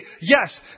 yes